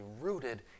rooted